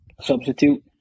Substitute